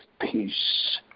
peace